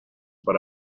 para